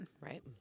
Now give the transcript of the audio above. right